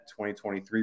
2023